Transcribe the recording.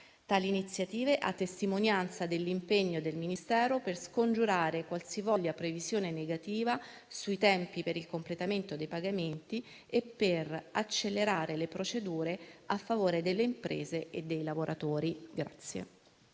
Tali iniziative testimoniano l'impegno del Ministero per scongiurare qualsivoglia previsione negativa sui tempi per il completamento dei pagamenti e per accelerare le procedure a favore delle imprese e dei lavoratori.